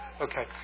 okay